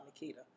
Nikita